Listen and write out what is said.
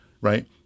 right